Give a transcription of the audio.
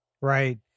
Right